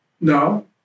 No